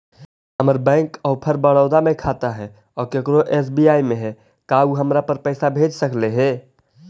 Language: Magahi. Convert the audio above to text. हमर बैंक ऑफ़र बड़ौदा में खाता है और केकरो एस.बी.आई में है का उ हमरा पर पैसा भेज सकले हे?